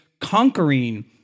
conquering